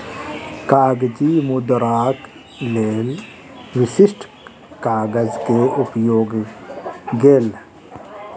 कागजी मुद्राक लेल विशिष्ठ कागज के उपयोग गेल